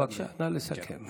בבקשה, נא לסכם.